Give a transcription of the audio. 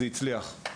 זה הצליח.